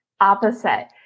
opposite